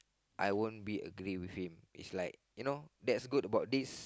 I won't be agree with him it's like you know that's good about this